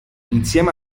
insieme